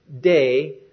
day